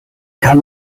kann